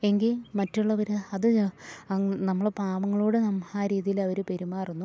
എങ്കിൽ മറ്റുള്ളവര് അത് നമ്മള് പാവങ്ങളോട് നം ആ രീതിലവര് പെരുമാറുന്നു